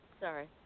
sorry